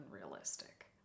unrealistic